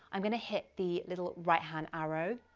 i'm gonna hit the little right hand arrow